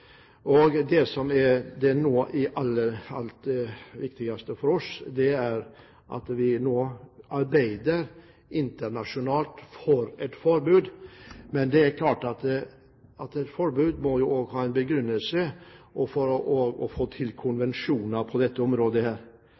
Det som er aller viktigst for oss, er at vi nå arbeider internasjonalt for et forbud. Men det er klart at et forbud må også ha en begrunnelse for å få til konvensjoner på dette området. Det aller viktigste er